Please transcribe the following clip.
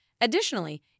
Additionally